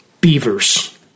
Beavers